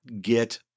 get